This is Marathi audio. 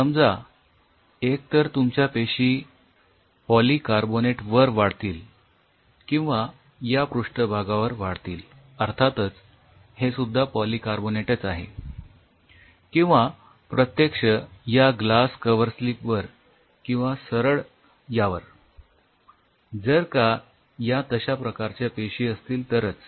समजा एक तर तुमच्या पेशी प्रत्यक्ष पॉलीकार्बोनेट वर वाढतील किंवा या पृष्ठभागावर वाढतील अर्थातच हे सुद्धा पॉलीकार्बोनेटच आहे किंवा प्रत्यक्ष या ग्लास कव्हरस्लीप वर किंवा सरळ यावर जर का या तश्या प्रकारच्या पेशी असतील तरच